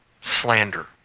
slander